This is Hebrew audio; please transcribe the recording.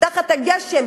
תחת הגשם,